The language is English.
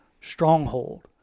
stronghold